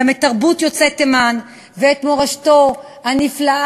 גם את תרבות יוצאי תימן ואת מורשתו הנפלאה,